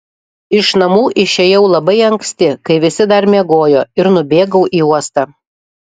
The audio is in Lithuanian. iš namų išėjau labai anksti kai visi dar miegojo ir nubėgau į uostą